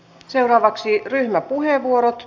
seuraavaksi ryhmäpuheenvuorot